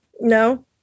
no